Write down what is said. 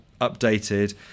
updated